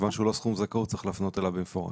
כיוון שהוא לא סכום זכאות צריך להפנות אליו במפורש.